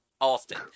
Austin